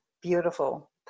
beautiful